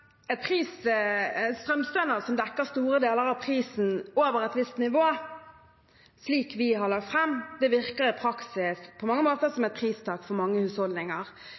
som dekker store deler av prisen over et visst nivå, slik vi har lagt fram, virker i praksis på mange måter som et pristak for mange husholdninger.